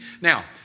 Now